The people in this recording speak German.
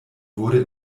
wurde